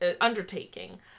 undertaking